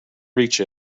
reach